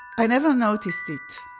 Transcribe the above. i never noticed it.